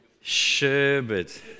Sherbet